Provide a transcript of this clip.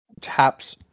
taps